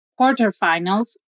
quarterfinals